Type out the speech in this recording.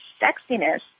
sexiness